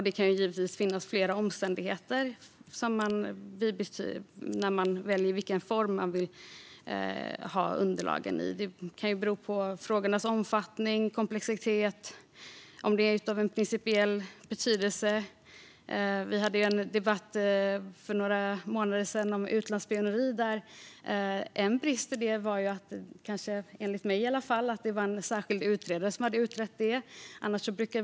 Det kan givetvis finnas flera omständigheter som påverkar i vilken form man vill ha underlagen. Det kan bero på frågornas omfattning och komplexitet eller på om de är av principiell betydelse. För några månader sedan hade vi här i kammaren en debatt om utlandsspioneri. Enligt mig var det en brist att en särskild utredare hade utrett det.